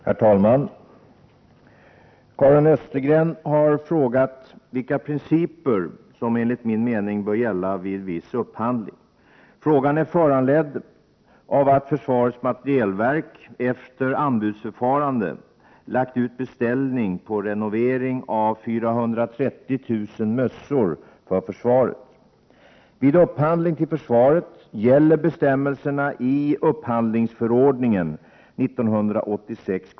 Herr talman! Karin Östergren har frågat vilka principer som enligt min mening bör gälla vid viss upphandling. Frågan är föranledd av att försvarets materielverk efter anbudsförfarande lagt ut beställning på renovering av 430 000 mössor för försvaret. Vid upphandlingar till försvaret gäller bestämmelserna i upphandlingsförordningen .